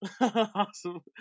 awesome